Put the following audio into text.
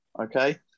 Okay